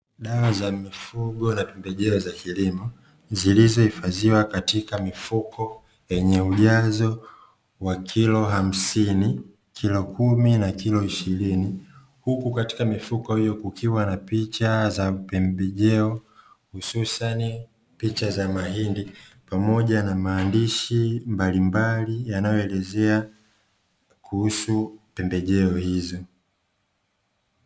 Dawa za mifugo na pembejeo za kilimo zilizohifadhiwa katika mifuko yenye ujazo wa kilo hamsini, kilo kumi na kilo ishirini; huku katika mifuko hiyo kukiwa na picha za pembejeo hususan picha za mahindi, pamoja na maandishi mbalimbali yanayoelezea kuhusu pembejeo hizo.